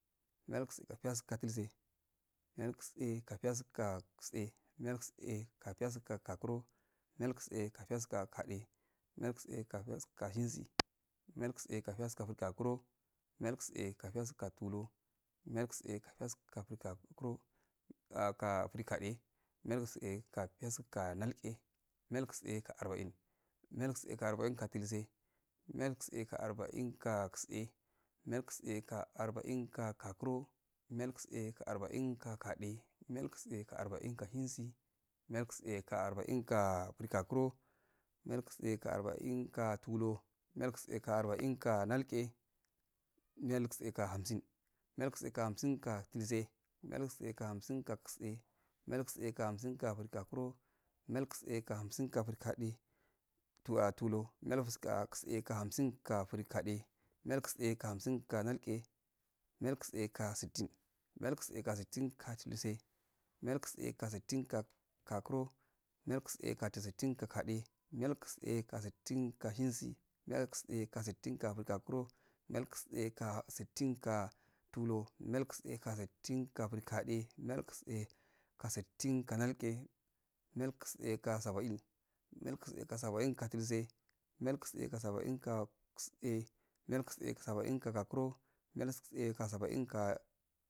Miyaltse kpiyasku go dultse, miyaltse ka piyasku ga tse, miyaltse ka piyasku go gakuro, miyaltse ka piyasku ga gade, miyaltse ka piyasku go shensi, miyaltse ka piyasku ga frigakino, miyaltse ka piyasku ga tulur miyaltse ka piyaskugo frikuro ah ka frigade, miyalse ks piku ga nalge miyalse ka aeba'in, miyalse ka arbəin ka dultse, miyalse ka arbain ka tse. miyaitse ka arba'in ka gakuro, miyalse ka shesi, miyaltse ka arba'in ka frikuro miyalse ka arbatin ka tun, miyaltse. ka arba'in ka nalge, miyaltse ka hamsin miyalse ka hamin ka dultse, myalse ka hamsin gatse, miyaltse ka hamsin ka frigakuro miyalse ka hamsin ka frigade tuwa tulur, miyatse ka hamsin ka frigaje, miyalse ga hamsin ka nal myaltse ka sttin, miyaltse ka sittin ka dultse, miyaltse ka sittin ka kakuro, miyaltse ka sittin ka gade, miyaltse ka sittin ka shensi, miyaltse ka littin ka frikuro, miyaltse ka sittin ka tukur mihyaltse ka sittin ka frigade, mialse ka sittin ka nange, miyaltse ka saba'in miyalse ka saba'in ka dultse, miyaltse ka saba'in ka tse, miyaltse ka saba'in ka kalkuro, miyalse ka saba'in ka